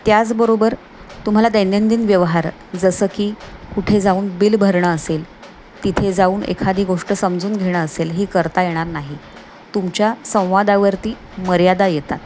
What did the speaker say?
त्याचबरोबर तुम्हाला दैनंदिन व्यवहार जसं की कुठे जाऊन बिल भरणं असेल तिथे जाऊन एखादी गोष्ट समजून घेणं असेल हे करता येणार नाही तुमच्या संवादावरती मर्यादा येतात